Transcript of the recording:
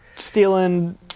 stealing